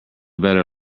better